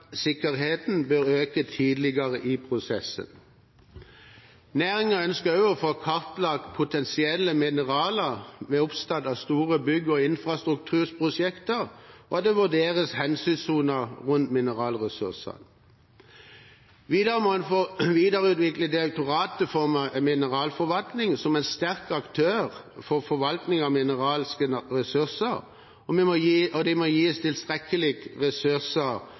bør øke tidligere i prosessen. Næringen ønsker også å få kartlagt potensielle mineraler ved oppstart av store bygge- og infrastrukturprosjekter, og at det vurderes hensynssoner rundt mineralressursene. Videre må en videreutvikle Direktoratet for mineralforvaltning som en sterk aktør for forvaltning av mineralske ressurser, og de må gis tilstrekkelige ressurser for å være en viktig aktør inn mot kommuner og